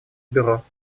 бюро